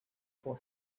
for